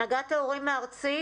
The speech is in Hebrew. הנהגת ההורים הארצית,